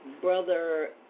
Brother